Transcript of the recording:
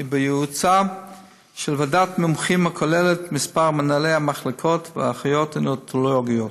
ובייעוצה של ועדת מומחים הכוללת כמה מנהלי מחלקות ואחיות ניאונטולוגיות.